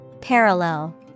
Parallel